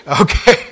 okay